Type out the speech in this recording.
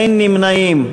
אין נמנעים.